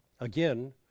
Again